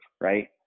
Right